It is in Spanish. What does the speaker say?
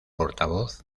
portavoz